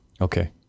Okay